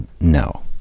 no